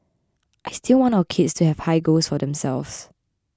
I still want our kids to have high goals for themselves